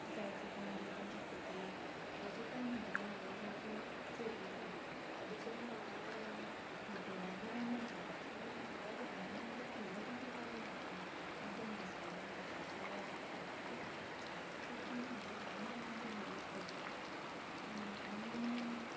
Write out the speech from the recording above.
fried chicken chicken शाकोती chicken म्हणटा तें म्हाजें चडशें फेवरेट फूड दुसरें म्हणल्यार हॉटेलांचेर आनी धाब्ब्याचेर म्हाका खबर ना पूण तें चडूच अशें बरें लागता तांचो मसालो भाजप सारकें सारकें कुकींग तांचें रांदप तेंचें बेश्ट जाता आनी